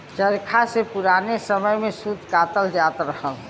चरखा से पुराने समय में सूत कातल जात रहल